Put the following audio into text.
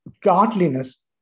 godliness